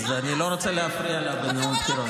אז אני לא רוצה להפריע לה במערכת בחירות.